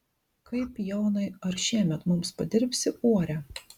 kaip jonai ar šiemet mums padirbsi uorę